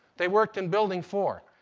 they worked in building four.